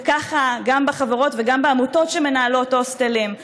זה ככה גם בחברות וגם בעמותות שמנהלות הוסטלים,